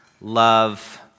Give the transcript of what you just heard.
love